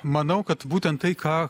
manau kad būtent tai ką